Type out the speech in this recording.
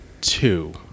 two